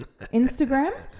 Instagram